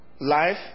life